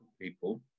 people